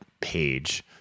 page